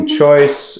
choice